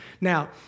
Now